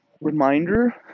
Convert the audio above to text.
reminder